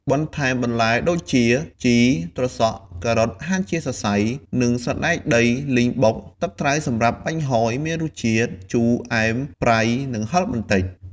បន្ថែមបន្លែដូចជា ជី ត្រសក់ ការ៉ុតហាន់ជាសរសៃ និងសណ្ដែកដីលីងបុក ទឹកត្រីសម្រាប់បាញ់ហ៊យមានរសជាតិជូរ អែម ប្រៃ និងហឹរបន្តិច។